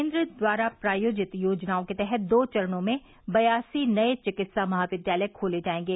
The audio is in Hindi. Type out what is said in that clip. केन्द्र द्वारा प्रायोजित योजनाओं के तहत दो चरणों में बयासी नये चिकित्सा महाविद्यालय खोले जाएंगे